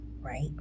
right